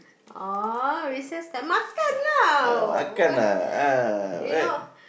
oh recess time makan lah you know